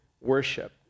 worship